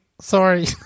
sorry